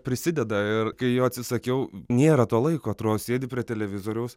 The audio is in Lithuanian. prisideda ir kai jo atsisakiau nėra to laiko atrodo sėdi prie televizoriaus